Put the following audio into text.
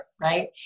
right